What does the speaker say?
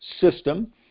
system